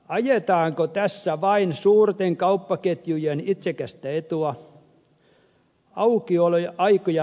ajetaanko tässä vain suurten kauppaketjujen itsekästä etua